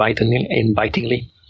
invitingly